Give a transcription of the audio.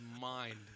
mind